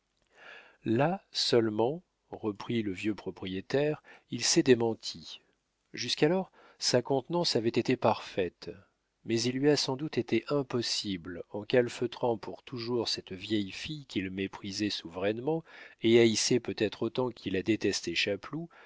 là seulement reprit le vieux propriétaire il s'est démenti jusqu'alors sa contenance avait été parfaite mais il lui a sans doute été impossible en calfeutrant pour toujours cette vieille fille qu'il méprisait souverainement et haïssait peut-être autant qu'il a détesté